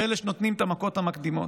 ואלה שנותנים את המכות המקדימות.